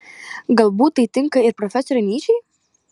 galbūt tai tinka ir profesoriui nyčei